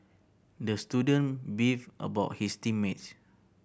the student beefed about his team mates